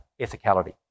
ethicality